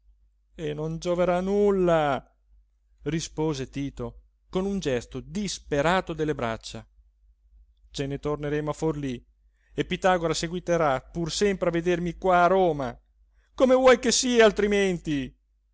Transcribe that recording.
e non gioverà a nulla rispose tito con un gesto disperato delle braccia ce ne torneremo a forlí e pitagora seguiterà pur sempre a vedermi qua a roma come vuoi che sia altrimenti